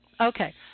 Okay